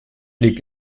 liegt